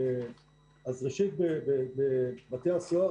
בבתי הסוהר,